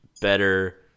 better